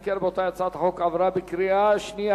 אם כן, רבותי, הצעת החוק עברה בקריאה השנייה.